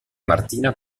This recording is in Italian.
martina